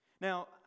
Now